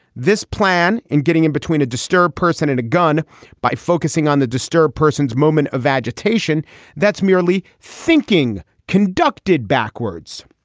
this plan in getting in between a disturbed person and a gun by focusing on the disturbed person's moment of agitation that's merely thinking conducted backwards.